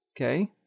okay